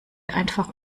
einfach